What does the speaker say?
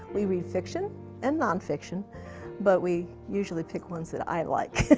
we read fiction and nonfiction but we usually pick ones that i like.